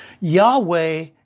Yahweh